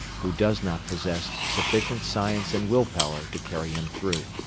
who does not possess sufficient science and will power to carry him through.